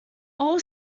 all